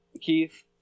Keith